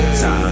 time